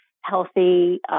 healthy